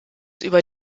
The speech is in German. über